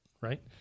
right